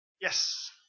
Yes